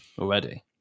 already